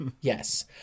Yes